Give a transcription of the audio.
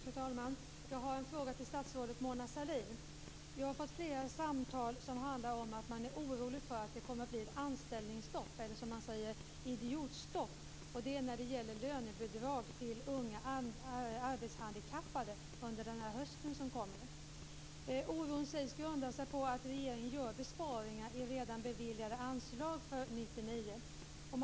Fru talman! Jag har en fråga till statsrådet Mona Jag har fått flera samtal som handlar om att man är orolig för att det under den kommande hösten kommer att bli ett anställningsstopp - eller som man säger: idiotstopp - när det gäller lönebidrag till unga arbetshandikappade. Denna oro grundar sig på att regeringen gör besparingar i redan beviljade anslag för 1999.